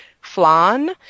flan